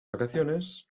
vacaciones